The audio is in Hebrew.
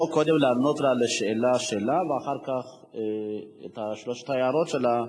או קודם לענות לשאלה שלה ואחר כך לשלוש ההערות שלה.